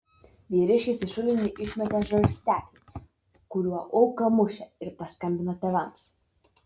vyriškis į šulinį išmetė žarsteklį kuriuo auką mušė ir paskambino tėvams